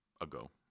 ago